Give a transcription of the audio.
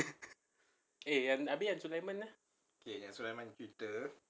eh abeh yang sulaiman tu